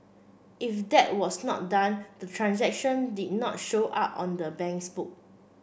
if that was not done the transaction did not show up on the bank's book